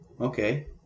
Okay